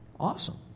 Awesome